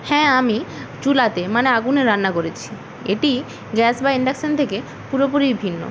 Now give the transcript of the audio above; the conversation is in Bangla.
হ্যাঁ আমি চুলাতে মানে আগুনে রান্না করেছি এটি গ্যাস বা ইন্ডাকশান থেকে পুরোপুরিই ভিন্ন